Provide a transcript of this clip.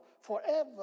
forever